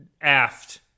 aft